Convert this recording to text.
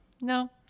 No